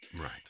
Right